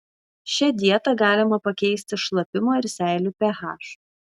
šia dieta galima pakeisti šlapimo ir seilių ph